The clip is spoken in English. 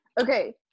Okay